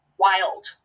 wild